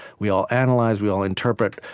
we all analyze. we all interpret.